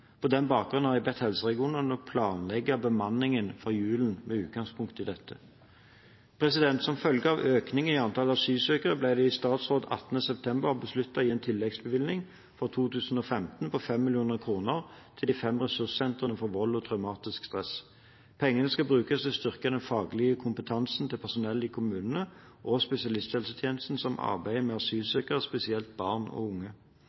På den bakgrunn har jeg bedt helseregionen om å planlegge bemanningen for julen med utgangspunkt i dette. Som følge av økningen i antall asylsøkere ble det i statsråd 18. september besluttet å gi en tilleggsbevilgning for 2015 på 5 mill. kr til de fem ressurssentrene for vold og traumatisk stress. Pengene skal brukes til å styrke den faglige kompetansen til personell i kommunene og spesialisthelsetjenesten som arbeider med asylsøkere, spesielt barn og unge.